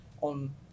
on